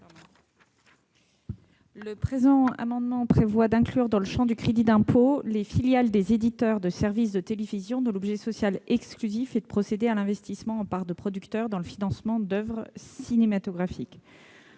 Le présent amendement vise à inclure dans le champ du crédit d'impôt les filiales des éditeurs de services de télévision dont l'objet social exclusif est de procéder à l'investissement en parts de producteur dans le financement d'oeuvres cinématographiques.